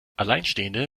alleinstehende